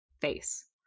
face